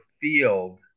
field